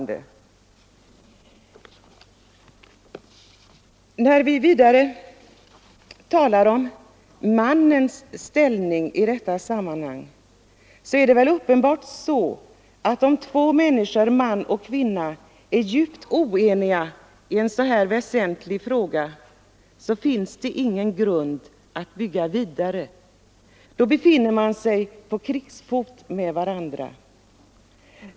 Det talas i detta sammanhang om männens ställning. Det är uppenbarligen så att om två människor, man och kvinna, är djupt oeniga i en så väsentlig fråga som denna, så finns det ingen grund att bygga vidare på. Då är de på krigsfot.